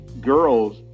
girls